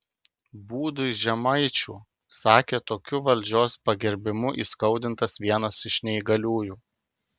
būdui žemaičių sakė tokiu valdžios pagerbimu įskaudintas vienas iš neįgaliųjų